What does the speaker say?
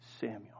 Samuel